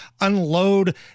unload